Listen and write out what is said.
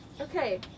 Okay